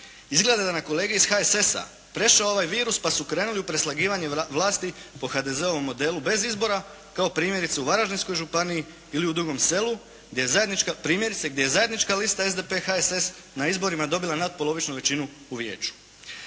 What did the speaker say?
izgleda da je na kolege iz HSS-a prešao ovaj virus pa su krenuli u preslagivanje vlasti po HDZ-ovom modelu bez izbora kao primjerice u Varaždinskoj županiji ili u Dugom Selu primjerice gdje je zajednička lista SDP HSS na izborima dobila natpolovičnu većinu u vijeću.